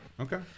Okay